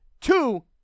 Two